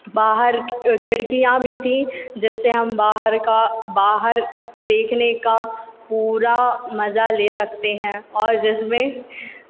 बाहर खिड़िकयाँ भी थीं जिससे हम बाहर का बाहर देखने का पूरा मज़ा ले सकते हैं और जिसमें